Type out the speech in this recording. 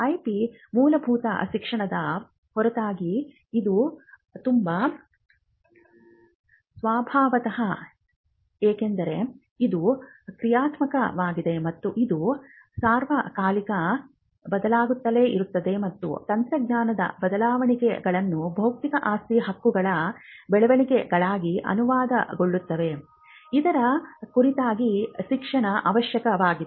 IP ಮೂಲಭೂತ ಶಿಕ್ಷಣದ ಹೊರತಾಗಿ ಇದು ತುಂಬಾ ಸ್ವಭಾವತಃ ಏಕೆಂದರೆ ಇದು ಕ್ರಿಯಾತ್ಮಕವಾಗಿದೆ ಮತ್ತು ಇದು ಸಾರ್ವಕಾಲಿಕ ಬದಲಾಗುತ್ತಲೇ ಇರುತ್ತದೆ ಮತ್ತು ತಂತ್ರಜ್ಞಾನದ ಬೆಳವಣಿಗೆಗಳು ಬೌದ್ಧಿಕ ಆಸ್ತಿ ಹಕ್ಕುಗಳ ಬೆಳವಣಿಗೆಗಳಾಗಿ ಅನುವಾದಗೊಳ್ಳುತ್ತವೆ ಇದರ ಕುರಿತಾದ ಶಿಕ್ಷಣ ಅವಶ್ಯಕವಾಗಿದೆ